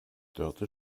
dörte